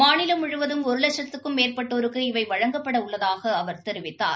மாநிலம் முழுவதும் ஒரு லட்சத்திற்கும் மேற்பட்டோருக்கு இவை வழங்கப்பட உள்ளதாக அவர் தெரிவித்தார்